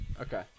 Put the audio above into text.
okay